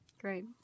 Great